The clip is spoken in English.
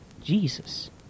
Jesus